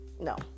No